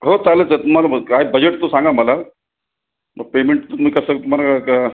हो चालेल तर तुम्हाला मग काय बजेटचं सांगा मला मग पेमेंट तुम्ही कसं तुमाला क